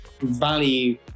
value